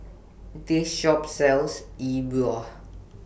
This Shop sells E Bua